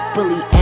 Fully